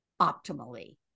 optimally